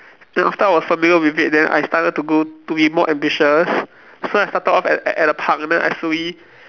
then after I was familiar with it then I started to go to be more ambitious so I started off at at a park and then I slowly